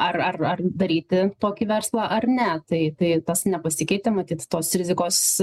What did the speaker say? ar ar ar daryti tokį verslą ar ne tai tai tas nepasikeitė matyt tos rizikos